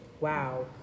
Wow